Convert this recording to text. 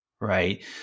right